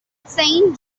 saint